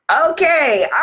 Okay